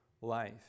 life